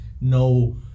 no